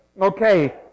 okay